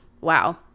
wow